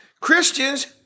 Christians